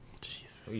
Jesus